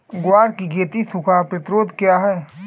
ग्वार की खेती सूखा प्रतीरोधक है क्या?